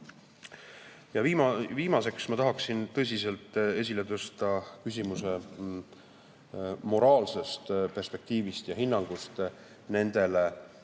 Ja viimaseks tahan tõsiselt esile tõsta küsimuse moraalsest perspektiivist ja hinnangust nendele